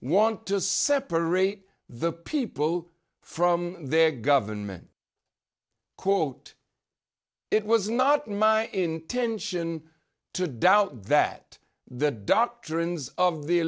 want to separate the people from their government quote it was not my intention to doubt that the doctrines of the